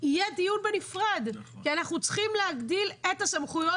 יהיה דיון בנפרד כי אנחנו צריכים להגדיל את הסמכויות